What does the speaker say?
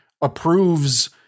approves